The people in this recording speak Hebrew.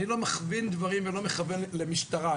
אני לא מכווין דברים ולא מכוון למשטרה.